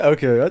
Okay